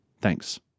Thanks